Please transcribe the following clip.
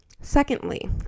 Secondly